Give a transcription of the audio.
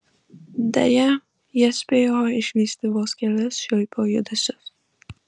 deja jie spėjo išvysti vos kelis šiuipio judesius